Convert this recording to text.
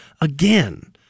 Again